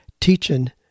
teaching